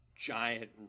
Giant